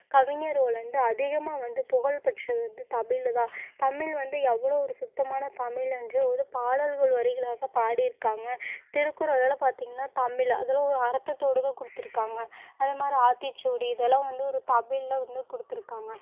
கவிஞரோலருந்து அதிகமாக வந்து புகழ் பெற்றது வந்து தமிழ் தான் தமிழ் வந்து எவ்வளோ ஒரு சுத்தமான தமிழ் என்று ஒரு பாடல்கள் வரிகளாக பாடியிருக்காங்க திருக்குறள் எல்லாம் பார்த்தீங்கன்னா தமிழ் அதெலாம் ஒரு அரத்தத்தோடு தான் கொடுத்துருக்காங்க அதே மாதிரி ஆத்திச்சூடி இதெல்லாம் வந்து ஒரு தமிழ்ல வந்து கொடுத்துருக்காங்க